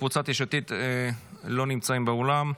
קבוצת יש עתיד לא נמצאים באולם,